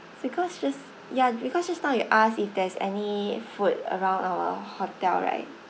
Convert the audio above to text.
because just ya because just now you asked if there's any food around our hotel right